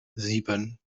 sieben